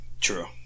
True